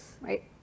right